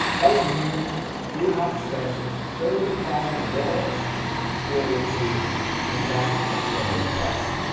that would mean we would have to spend thirty thousand dollars to be able to conduct a proper test,